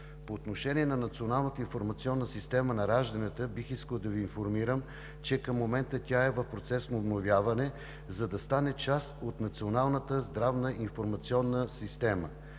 По отношение на Националната информационна система на ражданията бих искал да Ви информирам, че към момента тя е в процес на обновяване, за да стане част от Националната здравна информационна система.